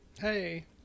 Hey